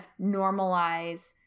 normalize